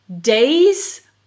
days